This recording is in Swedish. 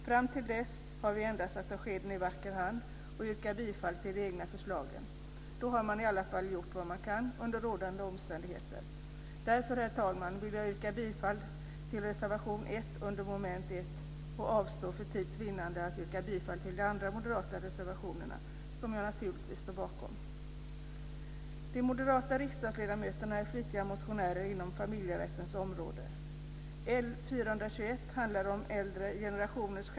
Fram till dess har vi endast att ta skeden i vacker hand och yrka bifall till de egna förslagen. Då har man i alla fall gjort vad man kan under rådande omständigheter. Därför, herr talman, vill jag yrka bifall till reservation 1 under mom. 1, och avstår för tids vinnande från att yrka bifall till de andra moderata reservationerna, som jag naturligtvis står bakom. De moderata riksdagsledamöterna är flitiga motionärer inom familjerättens område.